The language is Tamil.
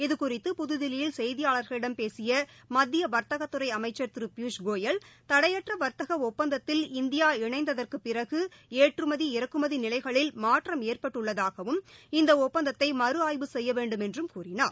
இதுகுறித்து புதுதில்லியில் செய்தியாளர்களிடம் பேசிய மத்திய வர்த்தகத்துறை அமைச்சர் திரு பியூஷ் கோயல் தடையற்ற வாத்தக ஒப்பந்தத்தில் இந்தியா இணைந்ததற்கு பிறகு ஏற்றுமதி இறக்குமதி நிலைகளில் மாற்றம் ஏற்பட்டுள்ளதாகவும் இந்த ஒப்பந்தத்தை மறு ஆய்வு செய்ய வேண்டும் என்று கூறினார்